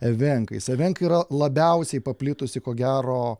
evenkais evenkai yra labiausiai paplitusi ko gero